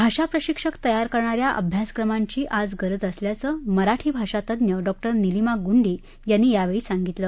भाषा प्रशिक्षक तयार करणाऱ्या अभ्यासक्रमांची आज गरज असल्याचं मराठी भाषा तज्ज्ञ डॉ निलिमा गुंडी यांनी यावेळी सांगितलं